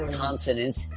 consonants